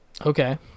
Okay